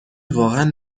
واقعا